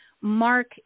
mark